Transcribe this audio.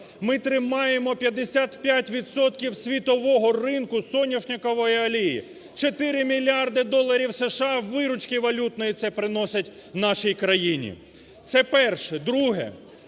Ми тримаємо 55 відсотків світового ринку соняшникової олії, 4 мільярди доларів США виручки валютної це приносить нашій країні. Це перше. Друге.